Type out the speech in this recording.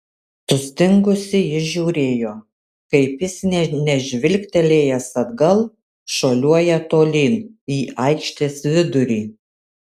sustingusi ji žiūrėjo kaip jis nė nežvilgtelėjęs atgal šuoliuoja tolyn į aikštės vidurį